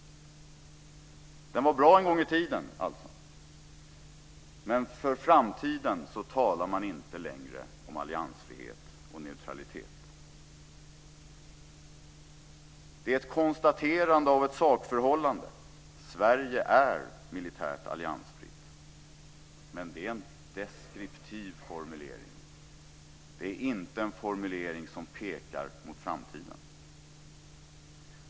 Den var bra en gång i tiden, alltså, men för framtiden talar man inte längre om alliansfrihet och neutralitet. Det är ett konstaterande av ett sakförhållande: Sverige är militärt alliansfritt. Men det är en deskriptiv formulering, inte en formulering som pekar mot framtiden.